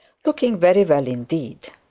looking very well indeed